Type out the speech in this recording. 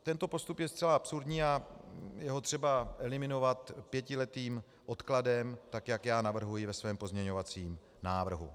Tento postup je zcela absurdní a je ho třeba eliminovat pětiletým odkladem, tak jak já navrhuji ve svém pozměňovacím návrhu.